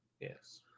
Yes